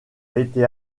été